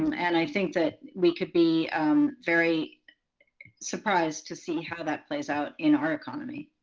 and i think that we could be very surprised to see how that plays out in our economy.